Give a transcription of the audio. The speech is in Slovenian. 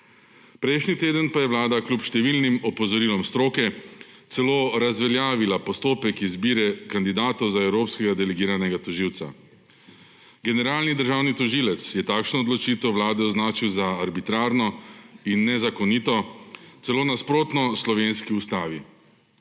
Prejšnji teden pa je Vlada kljub številnim opozorilom stroke celo razveljavila postopek izbire kandidatov za evropskega delegiranega tožilca. Generalni državni tožilec je takšno odločitev Vlade označil za arbitrarno in nezakonito, celo nasprotno slovenski Ustavi.